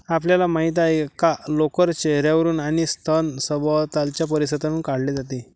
आपल्याला माहित आहे का लोकर चेहर्यावरून आणि स्तन सभोवतालच्या परिसरातून काढले जाते